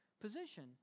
position